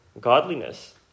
godliness